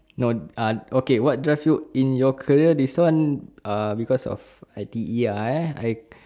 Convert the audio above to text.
no uh okay what drive you in your career this one uh because of I_T_E ya eh I